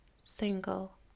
single